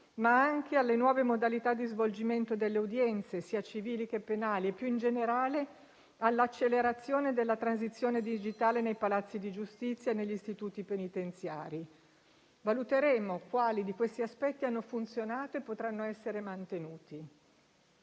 ma anche alle nuove modalità di svolgimento delle udienze, sia civili sia penali, e più in generale all'accelerazione della transizione digitale nei palazzi di giustizia e negli istituti penitenziari. Valuteremo quali di questi aspetti hanno funzionato e potranno essere mantenuti.